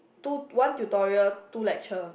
two one tutorial two lecture